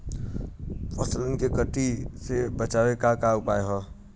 फसलन के कीट से बचावे क का उपाय है?